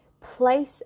place